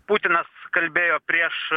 putinas kalbėjo prieš